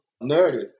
narrative